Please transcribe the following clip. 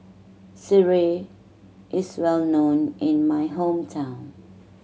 Sireh is well known in my hometown